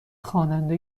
خواننده